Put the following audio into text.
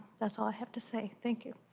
that's all i have to say. thank you.